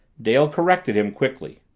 dale corrected him quickly.